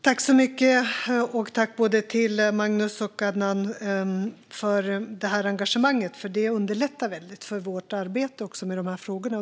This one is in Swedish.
Fru talman! Tack till både Magnus Jacobsson och Adnan Dibrani för detta engagemang! Det underlättar väldigt för vårt arbete med de här frågorna.